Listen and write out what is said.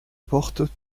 porte